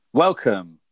Welcome